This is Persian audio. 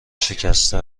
شکسته